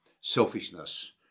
selfishness